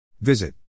Visit